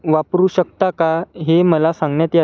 वापरू शकता का हे मला सांगन्यात या